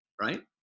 Right